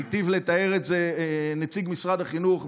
היטיב לתאר את זה נציג משרד החינוך,